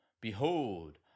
Behold